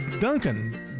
Duncan